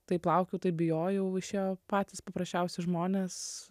taip laukiau taip bijojau išėjo patys paprasčiausi žmonės